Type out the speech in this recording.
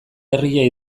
herria